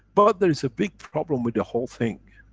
but there is a big problem with the whole thing.